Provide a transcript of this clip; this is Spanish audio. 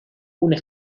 una